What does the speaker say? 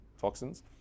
toxins